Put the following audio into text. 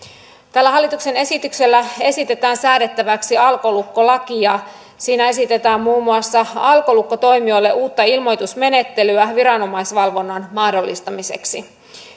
tällä hallituksen esityksellä esitetään säädettäväksi alkolukkolaki siinä esitetään muun muassa alkolukkotoimijoille uutta ilmoitusmenettelyä viranomaisvalvonnan mahdollistamiseksi